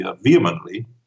vehemently